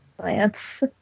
plants